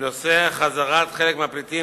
בנושא חזרת חלק מהפליטים,